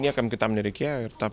niekam kitam nereikėjo ir tą